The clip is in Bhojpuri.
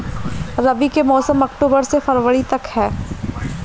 रबी के मौसम अक्टूबर से फ़रवरी तक ह